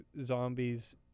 zombies